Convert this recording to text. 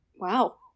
Wow